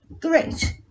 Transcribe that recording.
Great